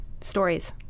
stories